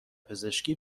پزشکی